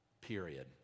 period